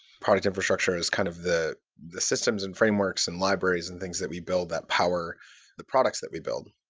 product infrastructure is kind of the the systems and frameworks and libraries and things that we build that power the products that we build.